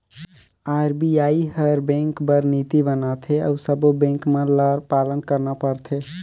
RBI हर bank बर नीति बनाथे अउ सब्बों बेंक मन ल पालन करना परथे